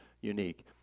unique